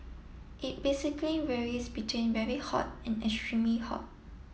it basically varies between very hot and extremely hot